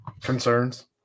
Concerns